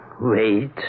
Wait